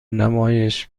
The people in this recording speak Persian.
نمایش